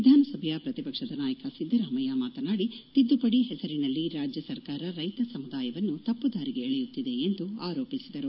ವಿಧಾನಸಭೆಯ ಪ್ರತಿಪಕ್ಷದ ನಾಯಕ ಸಿದ್ದರಾಮಯ್ಯ ಮಾತನಾಡಿ ತಿದ್ದುಪಡಿ ಹೆಸರಿನಲ್ಲಿ ರಾಜ್ಯ ಸರ್ಕಾರ ರೈತ ಸಮುದಾಯವನ್ನು ತಪ್ಪು ದಾರಿಗೆ ಎಳೆಯುತ್ತಿದೆ ಎಂದು ಆರೋಪಿಸಿದರು